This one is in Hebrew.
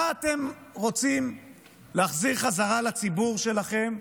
מה אתם רוצים להחזיר בחזרה לציבור שלכם,